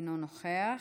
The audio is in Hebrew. אינו נוכח.